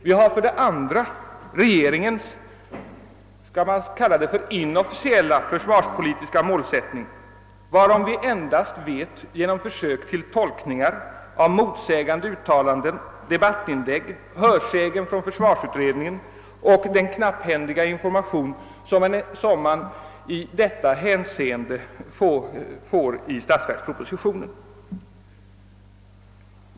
Vi har för det andra regeringens inofficiella försvarspolitiska målsättning, som vi endast känner till genom försök till tolkningar av motsägande uttalanden, debattinlägg, hörsägen från — försvarsutredningen och den knapphändiga information som man i detta hänseende får i statsverkspropositionen.